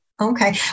Okay